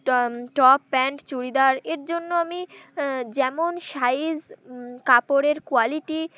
top pant churidar এর জন্য আমি যেমন সাইজ কাপড়ের কোয়ালিটি